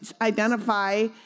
identify